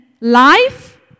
life